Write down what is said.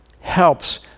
helps